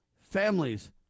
families